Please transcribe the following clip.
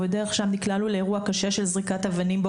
בדרך לשם נקלענו לאירוע קשה של זריקת אבנים.